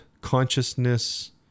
Consciousness